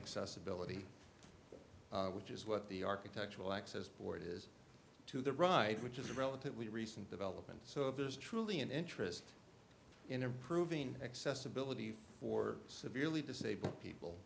accessibility which is what the architectural access board is to the ride which is a relatively recent development so it is truly an interest in improving accessibility for severely disabled people